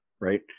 right